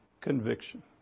conviction